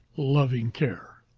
loving care.